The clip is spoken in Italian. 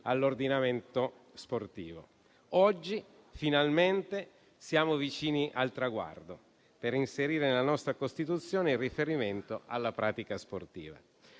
di ordinamento sportivo. Oggi, finalmente, siamo vicini al traguardo di inserire nella nostra Costituzione il riferimento alla pratica sportiva.